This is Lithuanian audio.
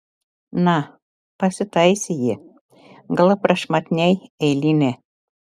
na pasitaisė ji gal prašmatniai eilinė